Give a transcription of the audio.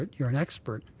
you're an expert.